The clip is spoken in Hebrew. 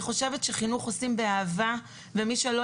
אני חושבת שחינוך עושים באהבה ומי שלא